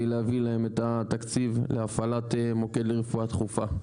להביא להם את התקציב להפעלת מוקד לרפואה דחופה.